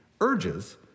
urges